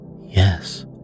yes